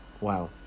Wow